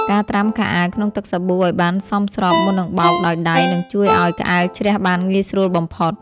ការត្រាំខោអាវក្នុងទឹកសាប៊ូឱ្យបានសមស្របមុននឹងបោកដោយដៃនឹងជួយឱ្យក្អែលជ្រះបានងាយស្រួលបំផុត។